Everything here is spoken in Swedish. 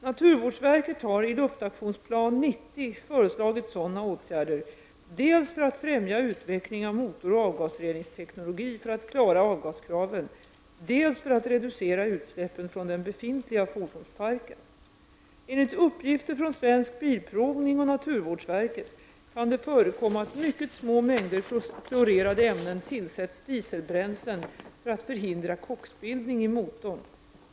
Naturvårdsverket har i Luftaktionsplan 90 föreslagit sådana åtgärder, dels för att främja utveckling av motoroch avgasreningsteknologi för att klara avgaskraven, dels för att reducera utsläppen från den befintliga fordonsparken. Enligt uppgifter från Svensk Bilprovning och naturvårdsverket kan det förekomma att mycket små mängder klorerade ämnen tillsätts dieselbränslen för att förhindra koksbildning i motorn.